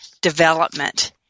development